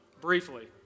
Briefly